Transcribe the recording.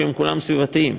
שהם כולם סביבתיים,